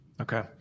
okay